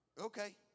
Okay